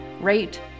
rate